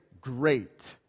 great